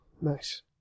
Nice